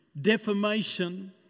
defamation